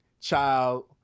child